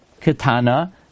katana